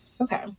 Okay